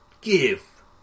give